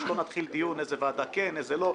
שלא נתחיל דיון איזה ועדה כן ואיזו לא.